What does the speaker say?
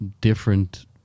different